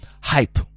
Hype